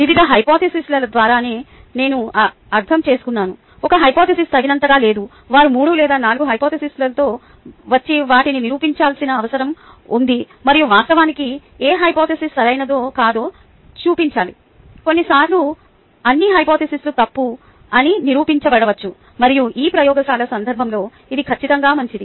వివిధ హైపొథేసిస్ల ద్వారా నేను అర్థం చేసుకున్నాను ఒక హైపొథేసిస్ తగినంతగా లేదు వారు 3 లేదా 4 హైపొథేసిస్లతో వచ్చి వాటిని పరీక్షించాల్సిన అవసరం ఉంది మరియు వాస్తవానికి ఏ హైపొథేసిస్ సరైనదో కాదో చూపించాలి కొన్నిసార్లు అన్ని హైపొథేసిస్ తప్పు అని నిరూపించబడవచ్చు మరియు ఈ ప్రయోగశాల సందర్భంలో ఇది ఖచ్చితంగా మంచిది